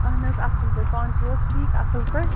اَہن حظ اَصٕل پٲٹھۍ پانہٕ چھُو حظ ٹھیٖک اَصٕل پٲٹھۍ